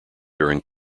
during